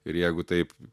ir jeigu taip